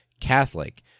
Catholic